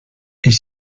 est